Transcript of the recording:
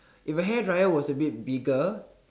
if the hair dryer was a bit bigger